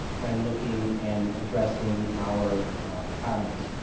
when looking and addressing our comments.